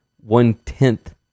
one-tenth